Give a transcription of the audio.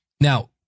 Now